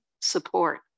support